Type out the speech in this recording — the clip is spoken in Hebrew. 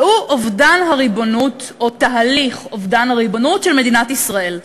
והוא תהליך אובדן הריבונות של מדינת ישראל.